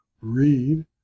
read